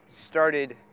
started